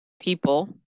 people